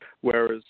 Whereas